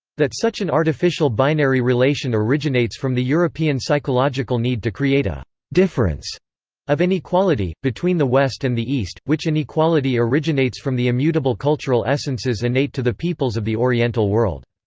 that such an artificial binary-relation originates from the european psychological need to create a difference of inequality, between the west and the east, which inequality originates from the immutable cultural essences innate to the peoples of the oriental world.